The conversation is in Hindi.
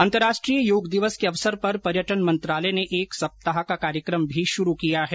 अंतरराष्ट्रीय योग दिवस के अवसर पर पर्यटन मंत्रालय ने एक सप्ताह का कार्यक्रम भी शुरू किया है